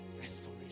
Restoration